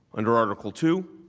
under article two